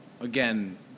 again